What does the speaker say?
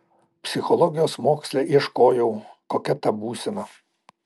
psichologijos moksle ieškojau kokia ta būsena